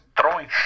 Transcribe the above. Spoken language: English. throwing